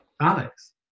Alex